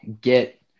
get